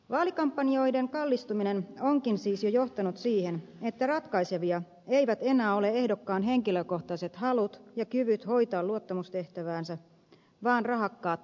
vaalikampanjoiden kallistuminen onkin siis jo johtanut siihen että ratkaisevia eivät enää ole ehdokkaan henkilökohtaiset halut ja kyvyt hoitaa luottamustehtäväänsä vaan rahakkaat taustajoukot